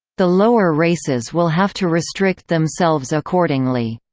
the lower races will have to restrict themselves accordingly.